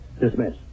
dismiss